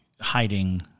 hiding